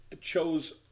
chose